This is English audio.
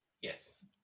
Yes